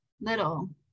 little